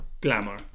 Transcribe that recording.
glamour